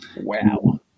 Wow